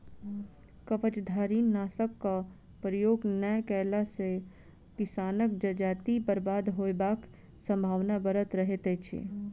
कवचधारीनाशकक प्रयोग नै कएला सॅ किसानक जजाति बर्बाद होयबाक संभावना बढ़ल रहैत छै